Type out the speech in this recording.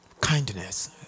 Kindness